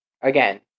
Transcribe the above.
again